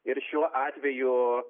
ir šiuo atveju